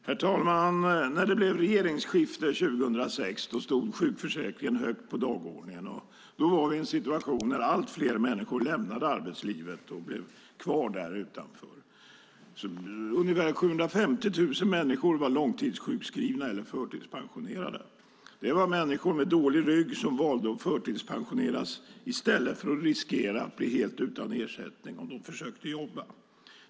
Herr talman! När det blev regeringsskifte 2006 stod sjukförsäkringen högt på dagordningen. Då hade vi en situation där allt fler människor lämnade arbetslivet och blev kvar utanför. Ungefär 750 000 människor var långtidssjukskrivna eller förtidspensionerade. Det var människor med dålig rygg som valde att förtidspensioneras i stället för att riskera att bli helt utan ersättning om de försökte jobba.